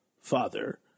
father